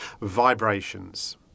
Vibrations